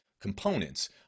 Components